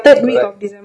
should be fine with me ah